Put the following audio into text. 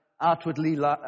outwardly